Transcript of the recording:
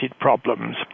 problems